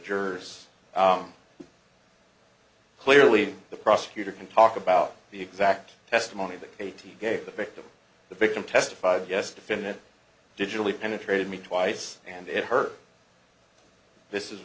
jurors clearly the prosecutor can talk about the exact testimony that katie gave the victim the victim testified yes defendant digitally penetrated me twice and it her this is